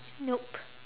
nope